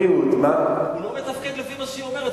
הוא אמר שהוא לא מתפקד לפי מה שהיא אומרת,